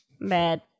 Bad